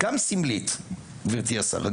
גם סמלית, גבירתי השרה.